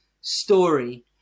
story